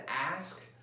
ask